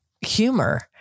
humor